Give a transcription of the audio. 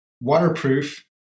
waterproof